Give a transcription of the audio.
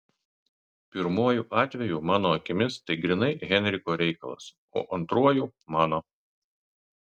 pirmuoju atveju mano akimis tai grynai henriko reikalas o antruoju mano